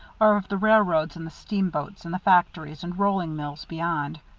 or of the railroads and the steamboats and the factories and rolling mills beyond.